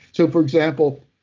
so, for example,